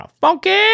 funky